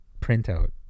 printout